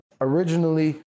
originally